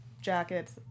jackets